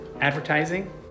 Advertising